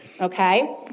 okay